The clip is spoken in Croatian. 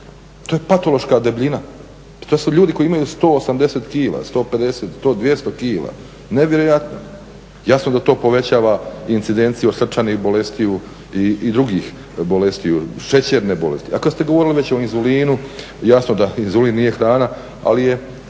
to je patološka debljina, to su ljudi koji imaju 180 kila, 150, 100, 200 kila nevjerojatno. Jasno da to povećava incidenciju srčanih bolesti i drugih bolestiju, šećerne bolesti. A kad ste govorili već o inzulinu jasno da inzulin nije hrana ali je,